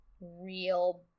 real